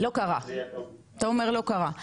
אתה אומר לא קרה.